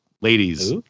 ladies